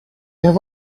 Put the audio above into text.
have